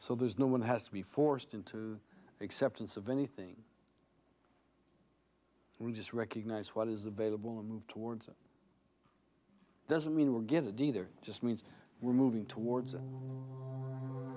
so there's no one has to be forced into exceptions of anything we just recognize what is available and move towards it doesn't mean we're give a d there it just means we're moving towards